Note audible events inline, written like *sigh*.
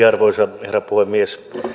*unintelligible* arvoisa herra puhemies